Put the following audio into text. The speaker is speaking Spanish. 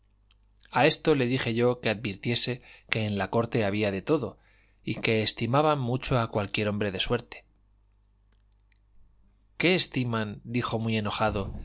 a esto le dije yo que advirtiese que en la corte había de todo y que estimaban mucho a cualquier hombre de suerte qué estiman dijo muy enojado